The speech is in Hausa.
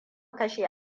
kashe